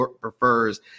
prefers